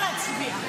אפשר להצביע.